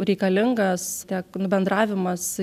reikalingas tiek nu bendravimas